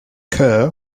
kerr